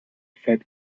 fat